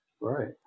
Right